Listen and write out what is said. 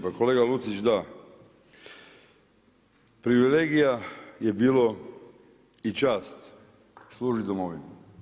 Pa kolega Lucić da, privilegija je bilo i čast služiti domovini.